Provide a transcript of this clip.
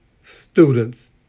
students